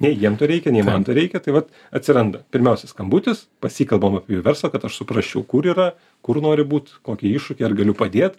nei jiem to reikia nei man to reikia tai vat atsiranda pirmiausia skambutis pasikalbam apie jų verslą kad aš suprasčiau kur yra kur nori būt kokie iššūkiai ar galiu padėt